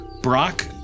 Brock